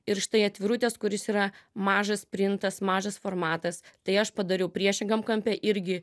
ir štai atvirutės kuris yra mažas prijungtas mažas formatas tai aš padariau priešingam kampe irgi